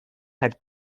had